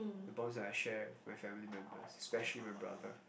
bonds that I share with my family member especially my brother